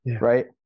right